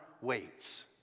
waits